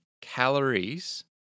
calories